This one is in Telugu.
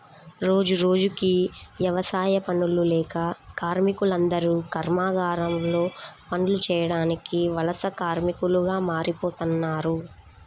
రోజురోజుకీ యవసాయ పనులు లేక కార్మికులందరూ కర్మాగారాల్లో పనులు చేయడానికి వలస కార్మికులుగా మారిపోతన్నారు